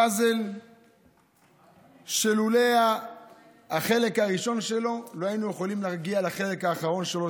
פאזל שלולא החלק הראשון שלו לא היינו יכולים להגיע לחלק האחרון שלו,